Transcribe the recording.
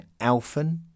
Alphen